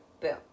Boom